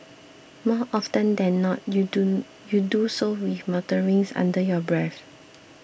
more often than not you do you do so with mutterings under your breath